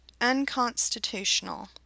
unconstitutional